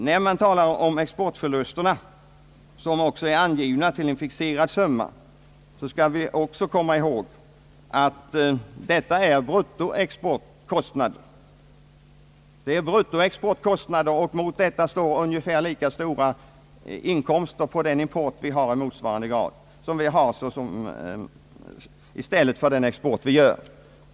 När man talar om exportförlusterna, som också är angivna till en fixerad summa i propositionen, skall vi komma ihåg att detta är bruttoexportkostnader, och mot dem står ungefär lika stora inkomster på den import vi har i stället för den export som sker.